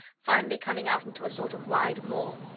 finally coming out into a sort of wide mall.